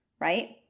right